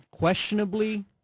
questionably